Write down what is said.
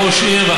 הוא היה ראש עיר,